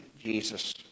Jesus